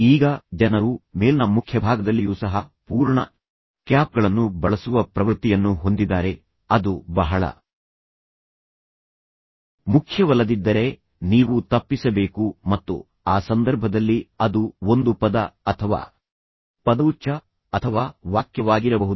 ಈಗ ಜನರು ಮೇಲ್ನ ಮುಖ್ಯಭಾಗದಲ್ಲಿಯೂ ಸಹ ಪೂರ್ಣ ಕ್ಯಾಪ್ಗಳನ್ನು ಬಳಸುವ ಪ್ರವೃತ್ತಿಯನ್ನು ಹೊಂದಿದ್ದಾರೆ ಅದು ಬಹಳ ಮುಖ್ಯವಲ್ಲದಿದ್ದರೆ ನೀವು ತಪ್ಪಿಸಬೇಕು ಮತ್ತು ಆ ಸಂದರ್ಭದಲ್ಲಿ ಅದು ಒಂದು ಪದ ಅಥವಾ ಪದಗುಚ್ಛ ಅಥವಾ ವಾಕ್ಯವಾಗಿರಬಹುದು